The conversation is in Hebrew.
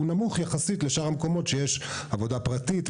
נמוך יחסית לשאר המקומות שיש עבודה פרטית,